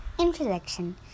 Introduction